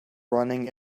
running